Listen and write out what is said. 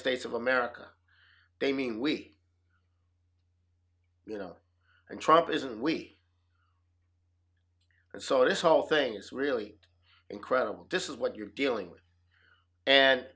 states of america they mean we you know and trump isn't we and so this whole thing is really incredible disses what you're dealing with and